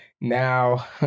now